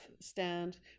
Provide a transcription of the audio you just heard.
stand